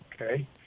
Okay